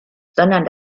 sondern